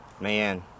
Man